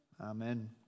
Amen